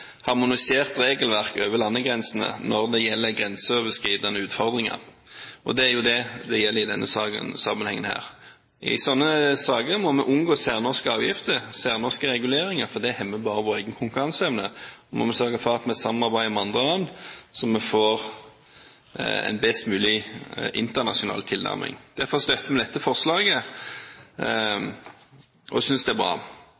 harmonisert regelverk over landegrensene når det gjelder grenseoverskridende utfordringer. Det er jo det som gjelder i denne sammenhengen. I slike saker må vi unngå særnorske avgifter, særnorske reguleringer, for det hemmer bare vår egen konkurranseevne. Så må vi sørge for at vi samarbeider med andre land, slik at vi får en best mulig internasjonal tilnærming. Derfor støtter vi dette forslaget – og synes det er bra.